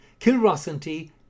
Kilrossenty